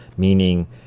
meaning